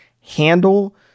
handle